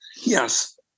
yes